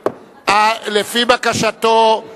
כפי שכבר אושר להם בעבר.